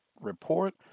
report